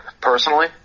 personally